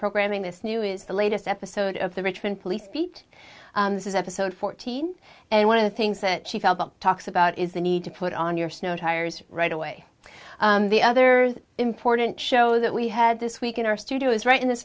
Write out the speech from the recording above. programming this new is the latest episode of the richmond police beat this is episode fourteen and one of the things that she talks about is the need to put on your snow tires right away the other important show that we had this week in our studio is right in this